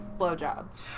blowjobs